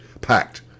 packed